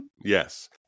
Yes